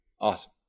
Awesome